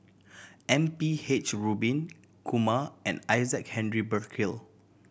M P H Rubin Kumar and Isaac Henry Burkill